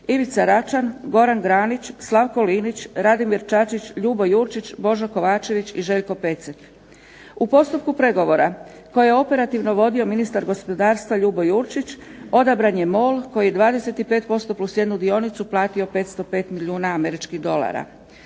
Ivica Račan, Goran Granić, Slavko LInić, RAdimir Čačić, Ljubo Jurčić, Božo KOvačević i Željko Pecek. U postupku pregovora koje je operativno vodio ministar gospodarstva Ljubo Jurčić odabran je MOL koji je 25%+1 dionicu platio 505 milijuna američkih dolara.